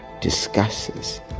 discusses